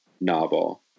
novel